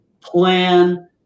plan